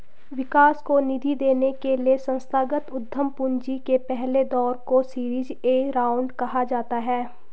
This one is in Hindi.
विकास को निधि देने के लिए संस्थागत उद्यम पूंजी के पहले दौर को सीरीज ए राउंड कहा जाता है